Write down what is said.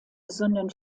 sondern